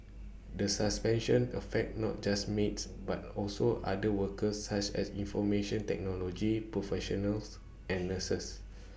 the suspension affects not just maids but also other workers such as information technology professionals and nurses